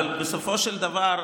אבל בסופו של דבר,